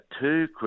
two